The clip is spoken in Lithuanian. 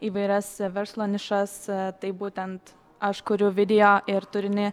įvairias verslo nišas tai būtent aš kuriu video ir turinį